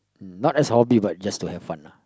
not as hobby but just to have fun lah